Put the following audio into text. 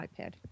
iPad